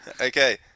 Okay